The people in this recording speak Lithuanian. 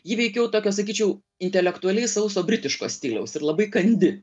ji veikiau tokio sakyčiau intelektualiai sauso britiško stiliaus ir labai kandi